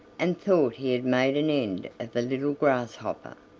and thought he had made an end of the little grasshopper.